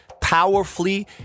powerfully